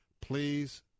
please